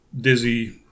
dizzy